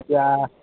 এতিয়া